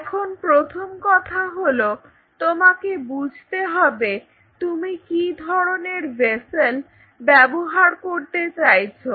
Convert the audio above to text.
এখন প্রথম কথা হল তোমাকে বুঝতে হবে তুমি কি ধরনের ভেসেল ব্যবহার করতে চাইছো